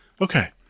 Okay